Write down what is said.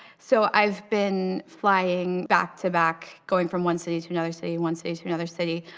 so i've been flying back to back going from one city to another city, one city to another city.